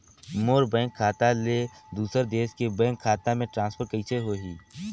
मोर bank खाता ले दुसर देश के बैंक खाता मे ट्रांसफर कइसे होही?